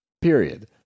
Period